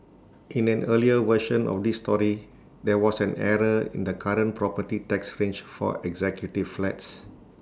in an earlier version of this story there was an error in the current property tax range for executive flats